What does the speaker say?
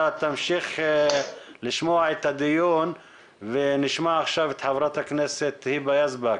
אתה תמשיך לשמוע את הדיון ונשמע עכשיו את חברת הכנסת היבה יזבק,